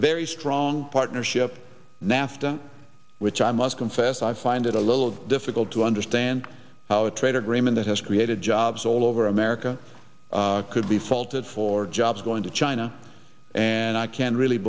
very strong partnership nafta which i must confess i find it a little difficult to understand how a trade and it has created jobs all over america could be faulted for jobs going to china and i can really